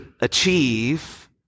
achieve